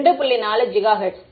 4 gigahertz